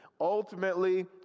Ultimately